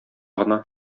гына